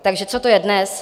Takže co to je dnes?